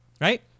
Right